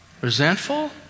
Resentful